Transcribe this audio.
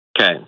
Okay